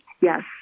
Yes